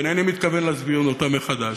ואינני מתכוון להסביר אותה מחדש,